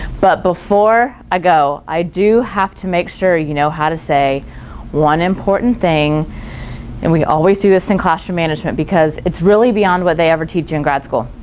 but before i go i do have to make sure you know how to say one important thing and we always do this in classroom management because it's really beyond what they ever teach you in grad school,